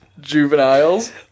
juveniles